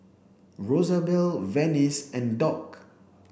Rosabelle Venice and Dock